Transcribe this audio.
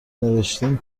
نوشتین